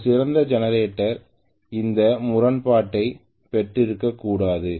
ஒரு சிறந்த ஜெனரேட்டர் இந்த முரண்பாட்டைப் பெற்றிருக்கக்கூடாது